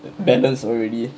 balance already